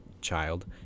child